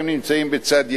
הם נמצאים בצד ימין,